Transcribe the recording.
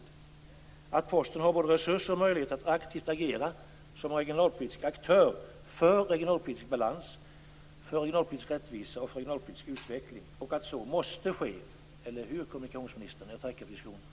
Vi är överens om att Posten har både resurser och möjligheter att aktivt agera som regionalpolitisk aktör för regionalpolitisk balans, för regionalpolitisk rättvisa och för regionalpolitisk utveckling och att så måste ske, eller hur kommunikationsministern? Jag tackar för diskussionen.